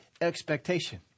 expectation